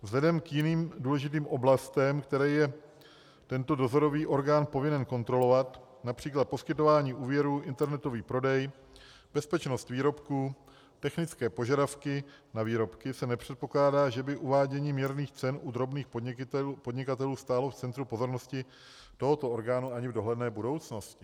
Vzhledem k jiným důležitým oblastem, které je tento dozorový orgán povinen kontrolovat, například poskytování úvěrů, internetový prodej, bezpečnost výrobků, technické požadavky na výrobky, se nepředpokládá, že by uvádění měrných cen u drobných podnikatelů stálo v centru pozornosti tohoto orgánu ani v dohledné budoucnosti.